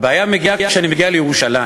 והבעיה מגיעה כשאני מגיע לירושלים.